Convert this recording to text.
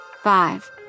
Five